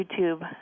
YouTube